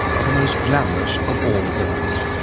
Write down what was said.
are the most glamorous of all birds.